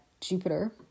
Jupiter